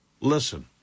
Listen